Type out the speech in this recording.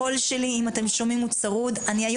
הקול שלי, אם אתם שומעים, הוא צרוד.